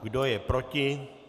Kdo je proti?